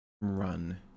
Run